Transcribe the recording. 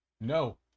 No